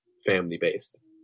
family-based